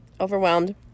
overwhelmed